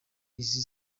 izi